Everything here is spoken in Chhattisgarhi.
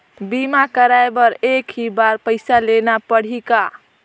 बीमा कराय बर एक ही बार पईसा देना पड़ही का?